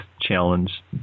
challenge